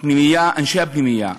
הפנימייה, אנשי הפנימייה,